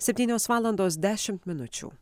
septynios valandos dešimt minučių